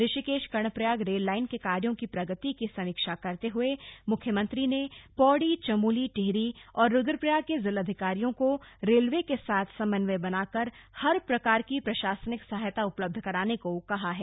Rishikesh Karnaprayag rail line के कार्यो की प्रगति की समीक्षा करते हुए मुख्यमंत्री ने पौड़ी चमोली टिहरी और रूद्रप्रयाग के जिलाधिकारियों को रेलवे के साथ समन्वय बनाकर हर प्रकार की प्रशासनिक सहायता उपलब्ध कराने को कहा है